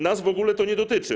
Nas w ogóle to nie dotyczy.